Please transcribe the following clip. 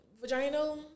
Vaginal